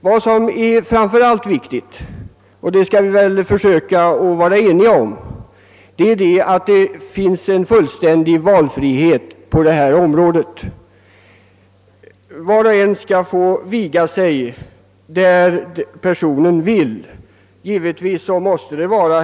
Vad som framför allt är viktigt — det skall vi väl försöka vara eniga om är, att det blir fullständig valfrihet på detta område. Alla skall få viga sig hos den de själva valt.